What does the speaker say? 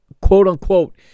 quote-unquote